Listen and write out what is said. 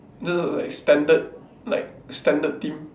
this is like standard like standard team